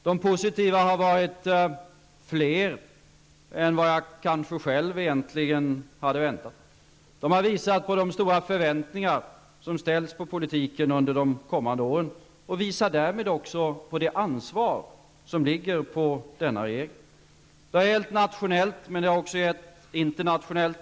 De positiva har varit fler än vad jag kanske själv egentligen hade väntat mig. De har visat på de höga förväntningar som ställs på politiken under de kommande åren. De visar därmed också på det ansvar som ligger på denna regering. Detta har gällt nationellt men också internationellt.